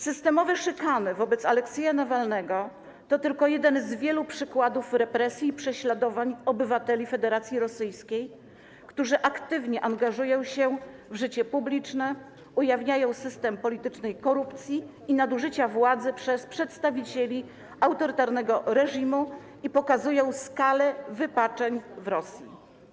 Systemowe szykany wobec Aleksieja Nawalnego to tylko jeden z wielu przykładów represji i prześladowań obywateli Federacji Rosyjskiej, którzy aktywnie angażują się w życie publiczne, ujawniają system politycznej korupcji i nadużycia władzy przez przedstawicieli autorytarnego reżimu i pokazują skalę wypaczeń w Rosji.